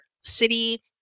city